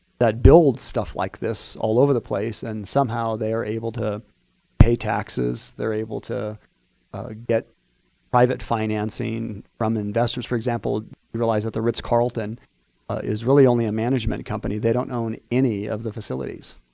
that build stuff like this all over the place. and somehow they are able to pay taxes. they're able to get private financing from investors. for example, you realize that the ritz carlton is really only a management company. they don't own any of the facilities.